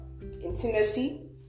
Intimacy